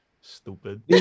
Stupid